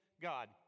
God